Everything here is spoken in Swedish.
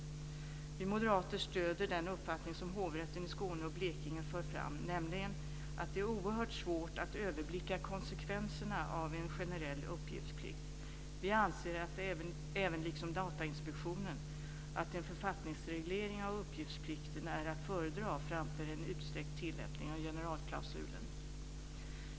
Vi moderater stöder den uppfattning som Hovrätten i Skåne och Blekinge för fram, nämligen att det är oerhört svårt att överblicka konsekvenserna av en generell uppgiftsplikt. Vi anser även liksom Datainspektionen att en författningsreglering av uppgiftsplikten är att föredra framför en utsträckt tilllämpning av generalklausulen.